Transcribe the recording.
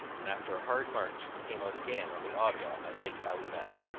and after a hard march came out again on the ottawa at lake allumette.